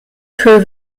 für